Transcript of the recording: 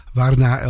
waarna